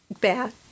bad